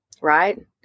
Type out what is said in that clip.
right